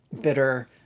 bitter